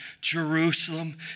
Jerusalem